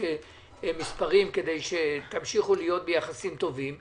מספרים כדי שתמשיכו להיות ביחסים טובים.